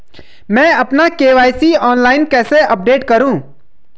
मैं अपना KYC online कैसे अपडेट करूँ?